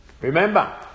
remember